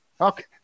Okay